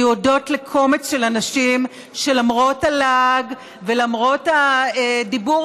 והיא הודות לקומץ של אנשים שלמרות הלעג ולמרות הדיבור